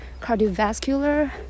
cardiovascular